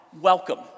Welcome